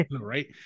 Right